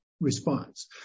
response